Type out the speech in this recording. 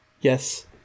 Yes